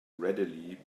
readily